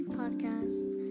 podcasts